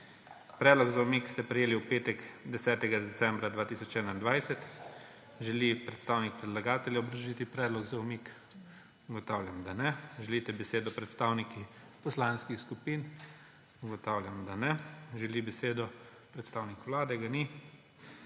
Predlog za umik ste prejeli v petek, 10. decembra 2021. Želi predstavnik predlagatelja obrazložiti predlog za umik? Ugotavljam, da ne. Želite besedo predstavniki poslanskih skupin? Ugotavljam, da ne. Želi besedo predstavnik Vlade? Ga ni.